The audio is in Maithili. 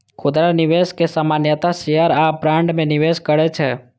खुदरा निवेशक सामान्यतः शेयर आ बॉन्ड मे निवेश करै छै